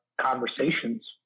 conversations